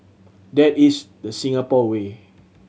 that is the Singapore way